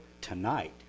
tonight